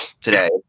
today